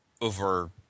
over